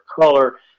color